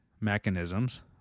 mechanisms